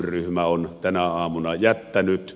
ryhmä on tänä aamuna jättänyt